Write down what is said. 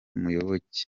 muyoboke